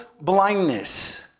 blindness